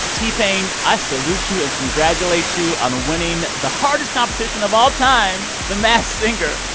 t-pain, i salute you and congratulate you on winning the hardest competition of all time, the masked singer.